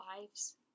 lives